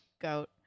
goat